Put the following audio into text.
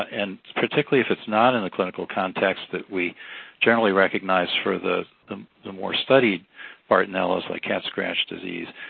and particularly, if it's not in a clinical context that we generally recognize for the the more studied bartonella, like cat-scratch disease.